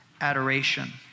adoration